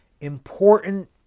important